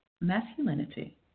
masculinity